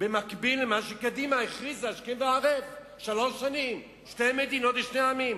במקביל למה שקדימה הכריזה השכם והערב שלוש שנים: שתי מדינות לשני עמים.